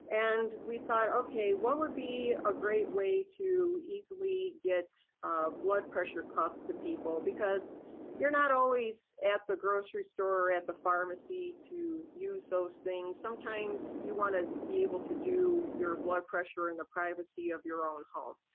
and we thought okay, what would be a great way to easily get blood pressure cuffs to people? because you're not always at the grocery store or at the pharmacy to use those things. sometimes you wanna be able to do your blood pressure in the privacy of your own home.